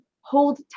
hold